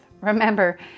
Remember